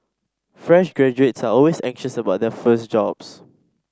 fresh graduates are always anxious about their first jobs